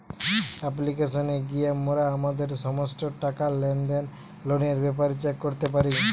অ্যাপ্লিকেশানে গিয়া মোরা আমাদের সমস্ত টাকা, লেনদেন, লোনের ব্যাপারে চেক করতে পারি